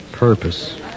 Purpose